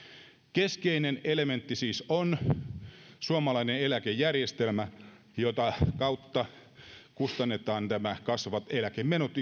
keskeinen elementti siis on suomalainen eläkejärjestelmä jonka kautta kustannetaan nämä kasvavat eläkemenot